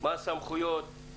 מה הסמכויות?